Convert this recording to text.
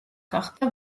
გახდა